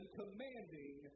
commanding